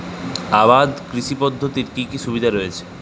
আবাদ কৃষি পদ্ধতির কি কি সুবিধা রয়েছে?